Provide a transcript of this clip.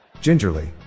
Gingerly